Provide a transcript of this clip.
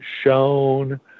shown